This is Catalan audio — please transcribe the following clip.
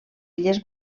illes